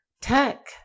Tech